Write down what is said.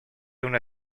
una